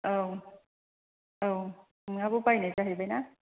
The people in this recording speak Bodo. औ औ नोंहाबो बायनाय जाहैबाय ना